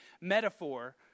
metaphor